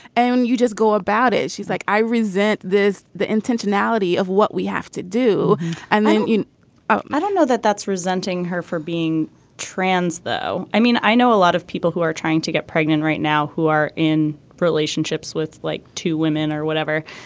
and you just go about it. she's like i resent this the intentionality of what we have to do and i mean oh i don't know that that's resenting her for being trans though. i mean i know a lot of people who are trying to get pregnant right now who are in relationships with like two women or whatever.